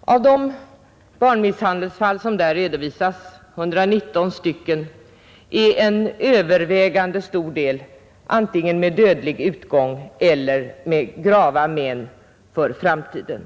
Av de 119 barnmisshandelsfall som där redovisas var det en övervägande del som antingen ledde till dödlig utgång eller förorsakade grava men för framtiden.